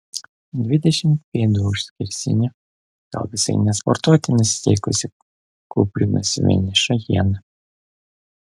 dvidešimt pėdų už skersinio gal visai ne sportuoti nusiteikusi kūprinosi vieniša hiena